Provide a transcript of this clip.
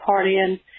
partying